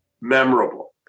memorable